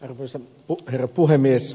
arvoisa herra puhemies